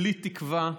בלי תקווה,